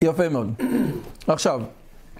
יפה מאוד, עכשיו